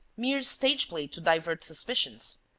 mere stage-play to divert suspicions!